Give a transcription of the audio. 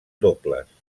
dobles